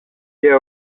και